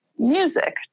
music